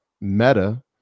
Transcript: meta-